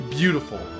beautiful